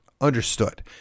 Understood